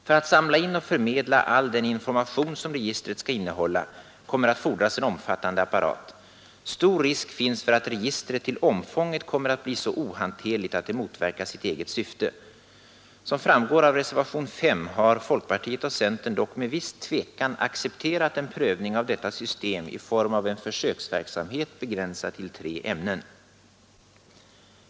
För att samla in och förmedla all den information som registret skall innehålla kommer det att fordras en omfattande apparat. Stor risk finns för att registret till omfånget blir så ohanterligt att det motverkar sitt eget syfte. Som framgår av reservation 5 har emellertid folkpartiet och centern med viss tvekan accepterat en prövning av detta system i form av en försöksverksamhet begränsad till tre ämnen.